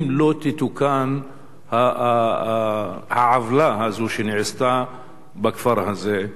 אם לא תתוקן העוולה הזו שנעשתה בכפר הזה.